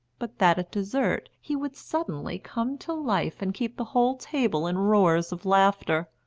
but that at dessert he would suddenly come to life and keep the whole table in roars of laughter.